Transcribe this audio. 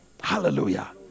Hallelujah